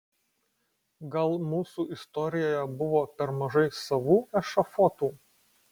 gal mūsų istorijoje buvo per mažai savų ešafotų